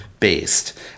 based